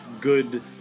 good